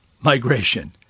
migration